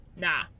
nah